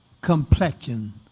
complexion